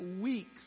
weeks